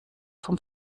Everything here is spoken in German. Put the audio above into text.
vom